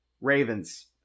Ravens